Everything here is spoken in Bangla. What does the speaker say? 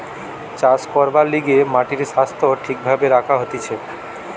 চাষ করবার লিগে মাটির স্বাস্থ্য ঠিক ভাবে রাখা হতিছে